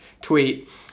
tweet